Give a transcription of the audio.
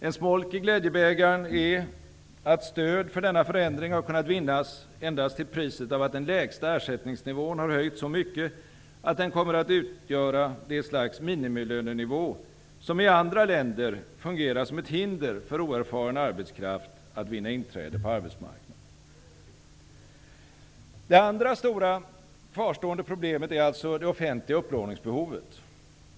En smolk i glädjebägaren är att stöd för denna förändring har kunnat vinnas endast till priset av att den lägsta ersättningsnivån har höjts så mycket att den kommer att utgöra det slags minimilönenivå som i andra länder fungerar som ett hinder för oerfaren arbetskraft att vinna inträde på arbetsmarknaden. Det andra stora kvarstående problemet är alltså det offentliga upplåningsbehovet.